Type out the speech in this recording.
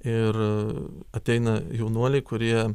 ir ateina jaunuoliai kurie